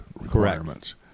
requirements